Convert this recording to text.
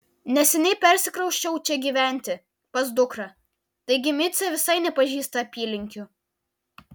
neseniai persikrausčiau čia gyventi pas dukrą taigi micė visai nepažįsta apylinkių